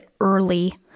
early